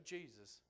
Jesus